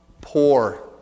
poor